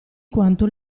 quanto